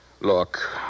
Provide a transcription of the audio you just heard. Look